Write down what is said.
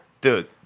Dude